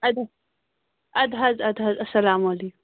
اَدٕ حظ اَدٕ حظ اَدٕ حظ اَسلامُ علیکُم